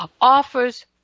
offers